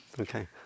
okay